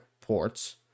ports